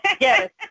Yes